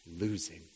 losing